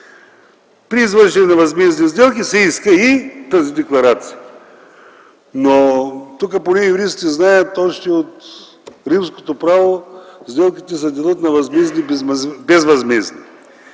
„При извършване на възмездни сделки се иска и тази декларация”. Тук поне юристите знаят, че още от римското право сделките се делят на възмездни и безвъзмездни.